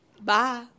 Bye